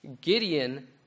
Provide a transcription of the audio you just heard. Gideon